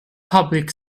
public